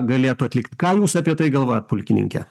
galėtų atlikti ką jūs apie tai galvojat pulkininke